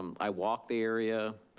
um i walked the area.